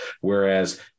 whereas